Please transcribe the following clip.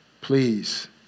please